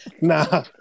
nah